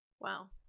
Wow